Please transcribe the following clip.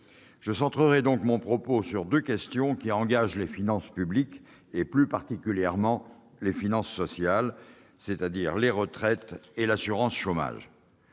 Je centrerai donc mon propos sur deux questions engageant les finances publiques et, plus particulièrement, les finances sociales : les retraites et l'assurance chômage.